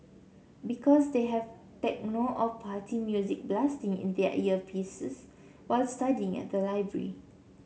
because they have techno or party music blasting in their earpieces while studying at the library